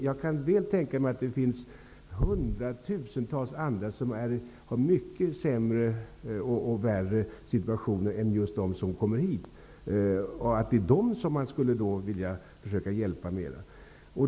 Jag kan väl tänka mig att det finns hundratusentals andra som har mycket sämre och värre situationer än just de som kommer hit och att det är dem som man skulle vilja hjälpa mer.